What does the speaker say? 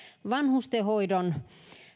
vanhustenhoidon